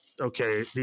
okay